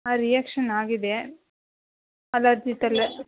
ಹಾಂ ರಿಯಾಕ್ಷನ್ ಆಗಿದೆ ಅಲರ್ಜಿ ಇಟ್ಟಲ್ಲೆ